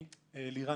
מה יש לכם?